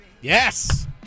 Yes